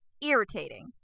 irritating